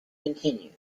continued